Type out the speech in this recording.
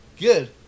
Good